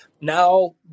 now